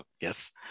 yes